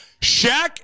Shaq